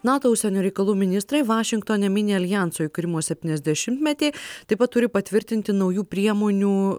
nato užsienio reikalų ministrai vašingtone mini aljanso įkūrimo septyniasdešimtmetį taip pat turi patvirtinti naujų priemonių